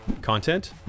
content